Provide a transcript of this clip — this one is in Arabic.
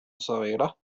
صغيرة